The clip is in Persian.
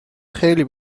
خیلی